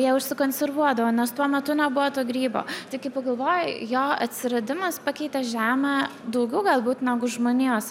jie užsikonservuodavo nes tuo metu nebuvo to grybo tai kai pagalvoji jo atsiradimas pakeitė žemę daugiau galbūt negu žmonijos